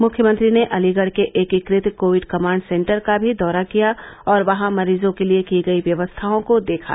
मुख्यमंत्री ने अलीगढ़ के एकीकृत कोविड कमांड सेंटर का भी दौरा किया और वहां मरीजों के लिए की गयी व्यवस्थाओं को देखा